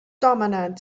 dominant